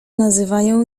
nazywają